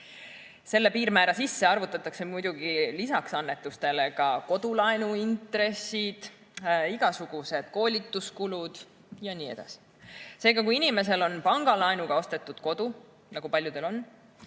Selle piirmäära sisse arvutatakse muidugi lisaks annetustele ka kodulaenuintressid, igasugused koolituskulud jne. Seega, kui inimesel on pangalaenuga ostetud kodu, nagu paljudel on,